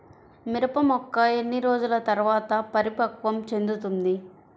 మిరప మొక్క ఎన్ని రోజుల తర్వాత పరిపక్వం చెందుతుంది?